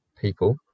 people